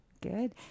Good